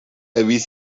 erwies